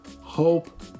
hope